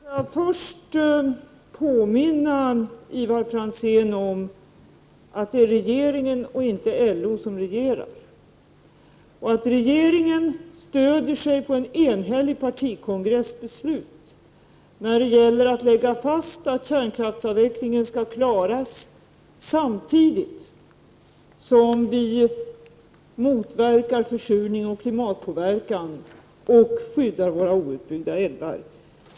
Herr talman! Låt mig först påminna Ivar Franzén om att det är regeringen och inte LO som regerar, och att regeringen stödjer sig på en enhällig partikongress beslut, som lagt fast att kärnkraftsavvecklingen skall klaras samtidigt som vi motverkar försurning och klimatpåverkan och skyddar våra outbyggda älvar.